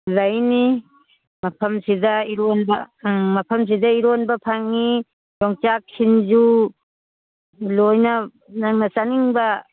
ꯂꯩꯅꯤ ꯃꯐꯝꯁꯤꯗ ꯏꯔꯣꯝꯕ ꯃꯐꯝꯁꯤꯗ ꯏꯔꯣꯝꯕ ꯐꯪꯏ ꯌꯣꯡꯆꯥꯛ ꯁꯤꯡꯖꯨ ꯂꯣꯏꯅ ꯅꯪꯅ ꯆꯥꯅꯤꯡꯕ